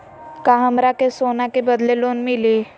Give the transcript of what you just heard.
का हमरा के सोना के बदले लोन मिलि?